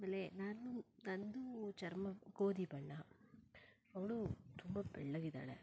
ಆಮೇಲೆ ನಾನು ನನ್ನದು ಚರ್ಮ ಗೋಧಿ ಬಣ್ಣ ಅವಳು ತುಂಬ ಬೆಳ್ಳಗಿದ್ದಾಳೆ